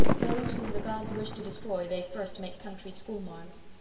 those whom the gods wish to destroy they first make country schoolmarms!